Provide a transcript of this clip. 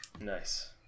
Nice